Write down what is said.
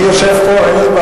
אם אני אצטרך לרחם עליה,